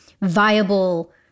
viable